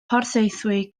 porthaethwy